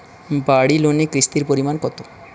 বাড়ি লোনে কিস্তির পরিমাণ কত?